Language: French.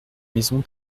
maison